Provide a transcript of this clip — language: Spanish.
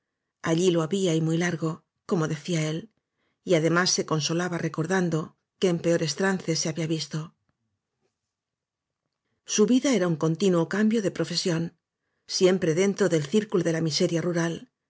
allí lo había y muy largo como decía él y ademas se consolaba recor dando que en peores trances se había visto su vida era un continuo cambio de profe sión siempre dentro del círculo de la miseria rural